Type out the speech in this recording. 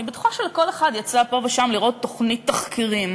אני בטוחה שלכל אחד יצא פה ושם לראות תוכנית תחקירים.